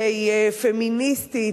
שהיא פמיניסטית,